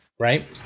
Right